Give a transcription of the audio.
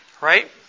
right